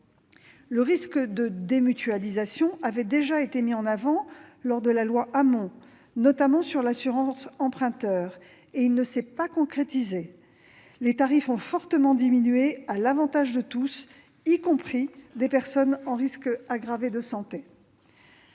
Le risque de démutualisation avait déjà été brandi lors de la discussion de la loi Hamon, notamment pour ce qui concerne l'assurance emprunteur. Or il ne s'est pas concrétisé : les tarifs ont fortement diminué à l'avantage de tous, y compris des personnes en risque aggravé de santé.